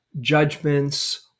judgments